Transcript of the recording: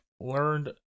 learned